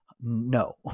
no